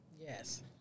Yes